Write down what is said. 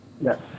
Yes